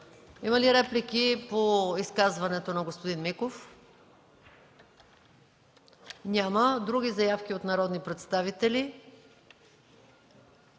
Има ли реплики по изказването на господин Миков? Няма. Други заявки от народни представители?